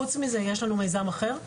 חוץ מזה יש לנו מיזם אחר,